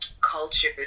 culture